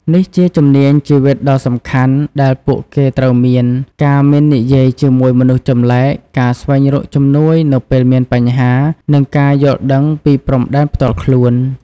នេះជាជំនាញជីវិតដ៏សំខាន់ដែលពួកគេត្រូវមាន ការមិននិយាយជាមួយមនុស្សចម្លែក ការស្វែងរកជំនួយនៅពេលមានបញ្ហា និងការយល់ដឹងពីព្រំដែនផ្ទាល់ខ្លួន។